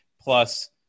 plus